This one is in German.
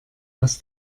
was